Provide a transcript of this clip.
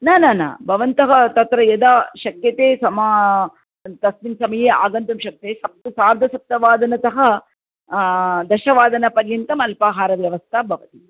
न न न भवन्तः तत्र यदा शक्यते समा तस्मिन् समये आगन्तुं शक्यते सार्धसप्तवादनतः दशवादनपर्यन्तम् अल्पाहारव्यवस्था भवति